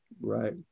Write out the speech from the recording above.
Right